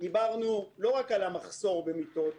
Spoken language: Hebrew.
לא רק מחסור במיטות,